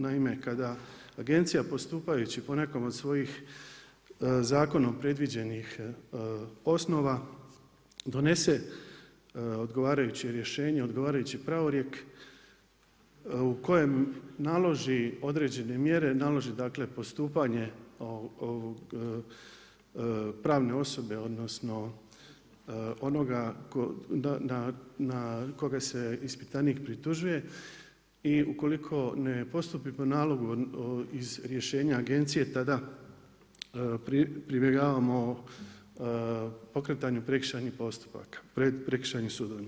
Naime, kada Agencija postupajući po nekom od svojih zakonom predviđenih osnova donese odgovarajuće rješenje, odgovarajući pravorijek u kojem naloži određene mjere, naloži dakle postupanje pravne osobe odnosno onoga na koga se ispitanik pritužuje i ukoliko ne postupi po nalogu iz rješenja Agencije tada pribjegavanju pokretanju prekršajnih postupaka prekršajnim sudovima.